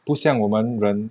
不像我们人